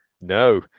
No